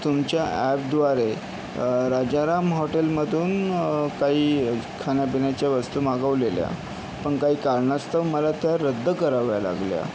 तुमच्या ॲपद्वारे राजाराम हॉटेलमधून काहीे खाण्यापिण्याच्या वस्तू मागवलेल्या पण काही कारणास्तव मला त्या रद्द कराव्या लागल्या